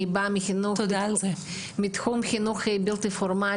אני באה מתחום חינוך בלתי פורמלי,